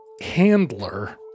handler